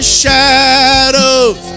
shadows